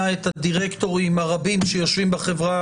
את הדירקטורים הרבים שיושבים בחברה,